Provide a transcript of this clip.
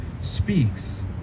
speaks